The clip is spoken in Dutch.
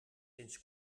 sinds